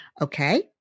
Okay